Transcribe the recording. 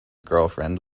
girlfriend